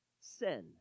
sin